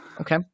Okay